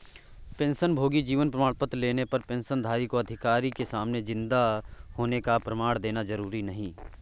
पेंशनभोगी जीवन प्रमाण पत्र लेने पर पेंशनधारी को अधिकारी के सामने जिन्दा होने का प्रमाण देना जरुरी नहीं